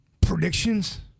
predictions